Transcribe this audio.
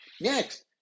next